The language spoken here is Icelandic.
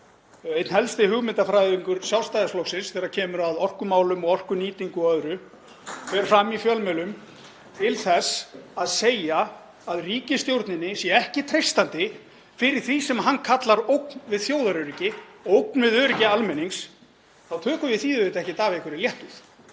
einn helsti hugmyndafræðingur Sjálfstæðisflokksins þegar kemur að orkumálum og orkunýtingu og öðru, fari fram í fjölmiðlum til þess að segja að ríkisstjórninni sé ekki treystandi fyrir því sem hann kallar ógn við þjóðaröryggi, ógn við öryggi almennings — við tökum við því auðvitað ekkert af einhverri léttúð.